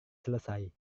selesai